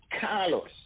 Carlos